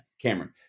Cameron